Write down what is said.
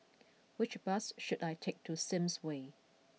which bus should I take to Sims Way